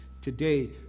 today